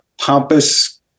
pompous